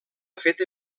feta